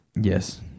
Yes